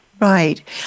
Right